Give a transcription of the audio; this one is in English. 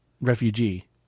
refugee